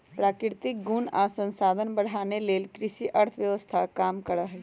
प्राकृतिक गुण आ संसाधन बढ़ाने लेल कृषि अर्थव्यवस्था काम करहइ